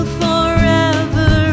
forever